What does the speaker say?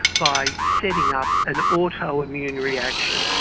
by setting up an autoimmune reaction.